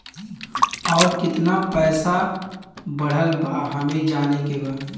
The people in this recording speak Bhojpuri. और कितना पैसा बढ़ल बा हमे जाने के बा?